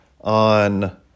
on